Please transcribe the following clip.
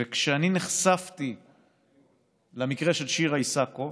וכשאני נחשפתי למקרה של שירה איסקוב,